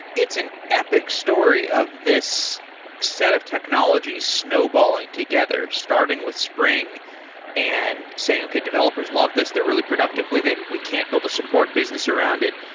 it's an epic story of this set of technologies snowballing together, starting with spring and saying, okay, developers love this. they're really productive with it. we can't build a support business around it.